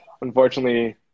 Unfortunately